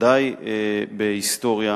בוודאי בהיסטוריה.